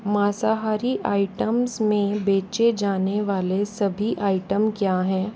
माँसाहारी आइटम्स में बेचे जाने वाले सभी आइटम क्या हैं